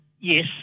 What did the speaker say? yes